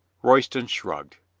royston shrugged.